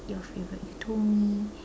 your favourite you told me